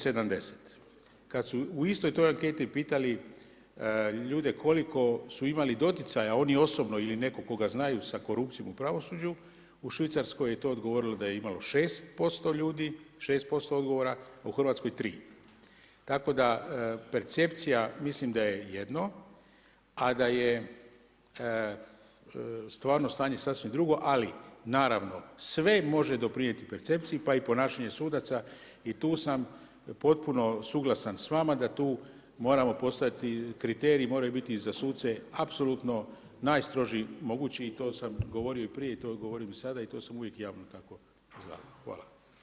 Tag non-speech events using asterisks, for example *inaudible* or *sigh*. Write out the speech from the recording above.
Kad su istoj toj anketi pitali ljude koliko su imali doticaja, oni osobno ili nekog koga znaju sa korupcijom u pravosuđu, u Švicarskoj je to odgovorilo da je imalo 6% ljudi, 6% odgovora, a u Hrvatskoj 3. Tako da percepcija mislim da je jedno, a da je stvarno stanje sasvim drugo, ali naravno, sve može doprinijeti percepciji pa i ponašanje sudaca i tu sam potpuno suglasan s vama, da tu moramo postojati kriteriji i moraju biti za suce apsolutno najstroži mogući i to sam govorio i prije, i to govorim i sada i to sam uvijek javno tako … *unintelligible* Hvala.